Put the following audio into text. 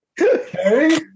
Okay